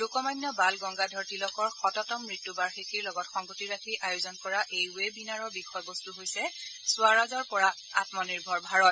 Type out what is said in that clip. লোকমান বাল গংগাধৰ তিলকৰ শততম মৃত্যু বাৰ্ষিকীৰ লগত সংগতি ৰাখি আয়োজন কৰা এই ৱেবিনাৰৰ বিষয়বস্ত হৈছে স্বৰাজৰ পৰা আমনিৰ্ভৰ ভাৰত